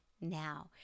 now